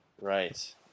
Right